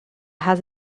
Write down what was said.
has